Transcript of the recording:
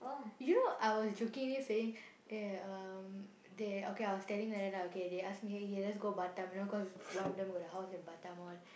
you know I was jokingly saying eh um they okay I was telling them then they ask me K let's go Batam you know cause one of them got the house in Batam all